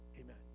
amen